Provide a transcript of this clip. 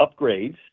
upgrades